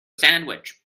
sandwich